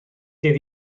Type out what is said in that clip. dydd